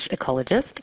ecologist